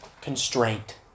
constraint